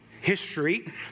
history